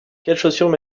chaussures